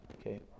Okay